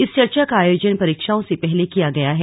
इस चर्चा का आयोजन परीक्षाओं से पहले किया गया है